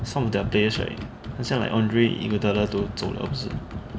some of their players right 很像 like andre iguodala 都走了不是